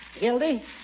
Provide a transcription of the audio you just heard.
Gildy